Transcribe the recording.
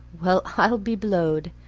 well, i'll be blowed!